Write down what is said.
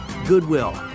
goodwill